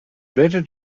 better